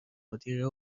مدیره